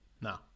no